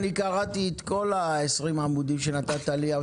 אני קראתי את כל 20 העמודים שנתת לי,